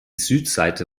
südseite